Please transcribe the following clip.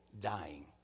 dying